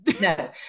No